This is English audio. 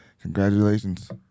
Congratulations